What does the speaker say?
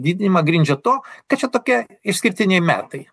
didinimą grindžia tuo kad čia tokie išskirtiniai metai